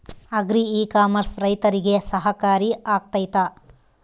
Agri e commerce ರೈತರಿಗೆ ಸಹಕಾರಿ ಆಗ್ತೈತಾ?